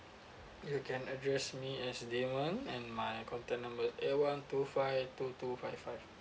you can address me as damon and my contact number is eight one two five two two five five